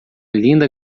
linda